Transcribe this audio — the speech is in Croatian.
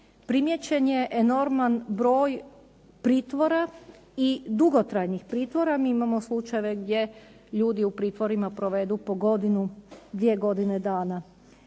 primijećen je enorman broj pritvora i dugotrajnih pritvora. Mi imamo slučajeve gdje ljudi u pritvorima provedu po godinu, dvije godine dana.